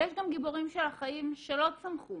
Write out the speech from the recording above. ויש גם גיבורים של החיים שלא צמחו